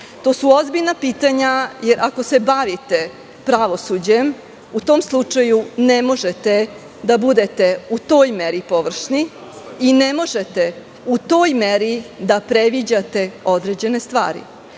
to su ozbiljna pitanja. Ako se bavite pravosuđem, u tom slučaju ne možete da budete u toj meri površni i ne možete u toj meri da predviđate određene stvari.